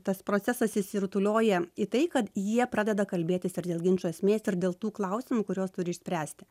tas procesas išsirutulioja į tai kad jie pradeda kalbėtis ir dėl ginčo esmės ir dėl tų klausimų kuriuos turi išspręsti